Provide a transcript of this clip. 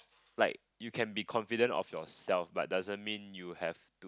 like you can be confident of yourself but doesn't mean you have